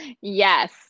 Yes